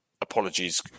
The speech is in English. apologies